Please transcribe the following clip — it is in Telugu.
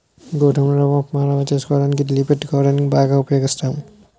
గోధుమ రవ్వ ఉప్మా చేసుకోవడానికి ఇడ్లీ పెట్టుకోవడానికి బాగా ఉపయోగిస్తాం